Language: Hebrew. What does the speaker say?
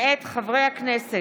מאת חברי הכנסת